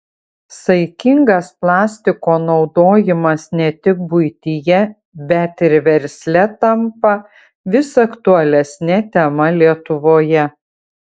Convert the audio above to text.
saikingas plastiko naudojimas ne tik buityje bet ir versle tampa vis aktualesne tema lietuvoje